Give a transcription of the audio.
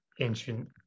ancient